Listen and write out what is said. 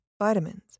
vitamins